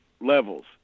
levels